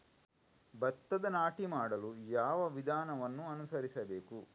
ಭತ್ತದ ನಾಟಿ ಮಾಡಲು ಯಾವ ವಿಧಾನವನ್ನು ಅನುಸರಿಸಬೇಕು?